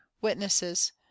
witnesses